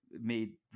made